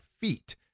feet